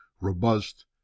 robust